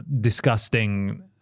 disgusting